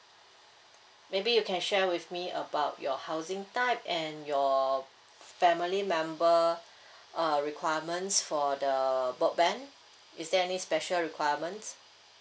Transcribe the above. maybe you can share with me about your housing type and your family member uh requirements for the broadband is there any special requirements